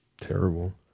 Terrible